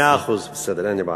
מאה אחוז, בסדר, אין לי בעיה.